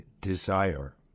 desire